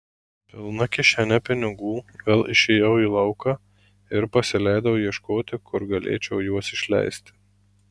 pilna kišene pinigų vėl išėjau į lauką ir pasileidau ieškoti kur galėčiau juos išleisti